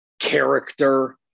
character